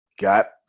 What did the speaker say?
got